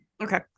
Okay